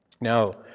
Now